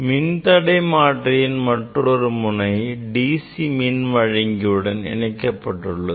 மின்தடை மாற்றியின் மற்றொரு முனை DC மின்வழங்கியுடன் இணைக்கப்பட்டுள்ளது